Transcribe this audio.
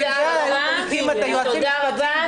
חוץ מקורונה יש עוד הרבה מחלות אחרות.